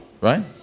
right